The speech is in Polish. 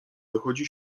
dochodzi